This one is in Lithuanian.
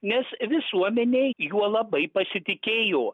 nes visuomenė juo labai pasitikėjo